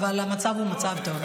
אבל המצב הוא מצב טוב.